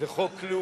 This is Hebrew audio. זה חוק לאומי,